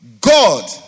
God